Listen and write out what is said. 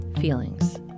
Feelings